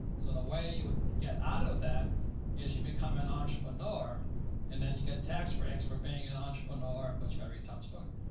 so the way you would get out of that is you become an entrepreneur and then you get tax breaks for being an entrepreneur, but you gotta read tom's book,